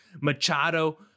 Machado